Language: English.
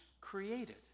created